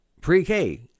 pre-K